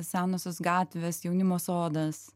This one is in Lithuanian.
senosios gatvės jaunimo sodas